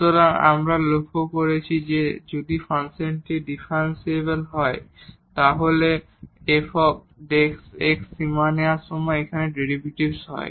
সুতরাং আমরা লক্ষ্য করেছি যে যদি ফাংশনটি ডিফারেনশিবল হয় তাহলে ডেরিভেটিভ f সীমা নেওয়ার সময় এখানে ডেরিভেটিভ হয়